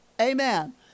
Amen